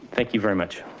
thank you very much.